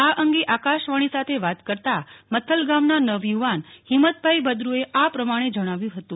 આ અંગે આકાશવાણી સાથે વાત કરતા મથલ ગામના નવયુવાન હિંમતભાઈ ભદુએ આ પ્રમાણે જણાવ્યું હતું